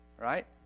Right